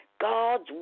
God's